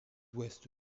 ouest